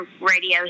radio